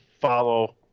follow